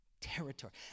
Territory